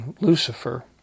Lucifer